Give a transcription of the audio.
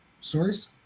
stories